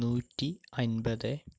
നൂറ്റി അൻപത്